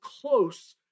close